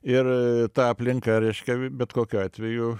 ir ta aplinka reiškia bet kokiu atveju